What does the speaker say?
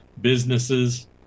businesses